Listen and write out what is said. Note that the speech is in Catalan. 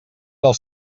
del